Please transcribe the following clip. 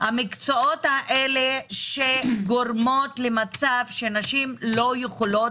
המקצועות האלה שגורמים למצב שנשים לא יכולות